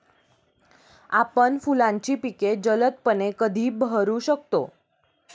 आपण फुलांची पिके जलदपणे कधी बहरू शकतो?